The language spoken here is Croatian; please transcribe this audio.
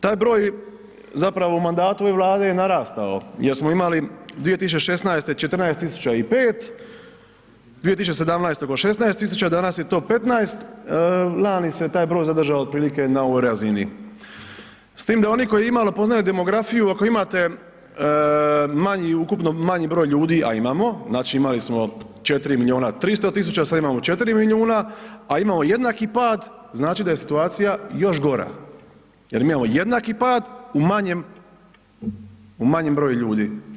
Taj broj zapravo u mandatu ove Vlade je narastao jer smo imali 2016. 14.005, 2017. oko 16.000, danas je to 15 lani se taj broj zadržao otprilike na ovoj razini, s tim da oni koji imalo poznaju demografiju ako imate ukupno manji broj ljudi, a imamo, znači imali smo 4 milijuna 300 tisuća, sada imamo 4 milijuna, a imamo jednaki pad znači da je situacija još gora jer mi imamo jednaki pad u manjem broju ljudi.